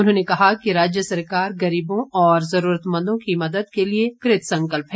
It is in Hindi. उन्होंने कहा कि राज्य सरकार गरीबों और जरूरतमंदों की मदद के लिए कृतसंकल्प है